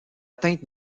teinte